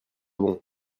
bon